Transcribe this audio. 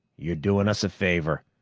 you're doing us a favor,